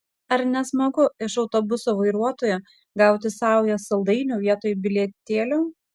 ar ne smagu iš autobuso vairuotojo gauti saują saldainių vietoj bilietėlio